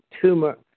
tumor